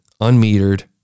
unmetered